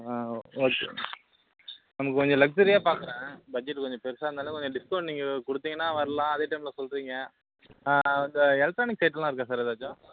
ம் ஓகே நமக்கு கொஞ்சம் லக்சூரியாக பார்க்குறேன் பட்ஜெட் கொஞ்சம் பெருசாக இருந்தாலும் கொஞ்சம் டிஸ்கௌண்ட் கொடுத்தீங்கனா வரலாம் அதே டைமில் சொல்கிறீங்க அந்த எலெக்ட்ரானிக் ஐட்டமெலாம் இருக்கா சார் ஏதாச்சும்